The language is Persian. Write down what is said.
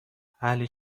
اهل